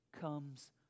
comes